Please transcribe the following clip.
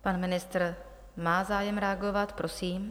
Pan ministr má zájem reagovat, prosím.